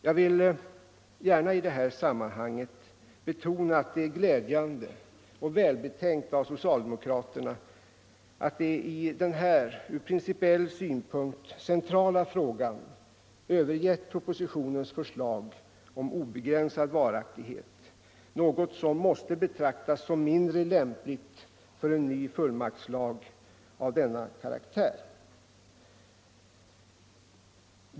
Jag vill gärna i det här sammanhanget betona att det är glädjande och välbetänkt av socialdemokraterna att de i denna ur principiell synpunkt centrala fråga övergett propositionens förslag om obegränsad varaktighet, något som måste betraktas som mindre lämpligt för en ny fullmaktslag av den här karaktären.